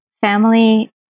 family